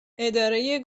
اداره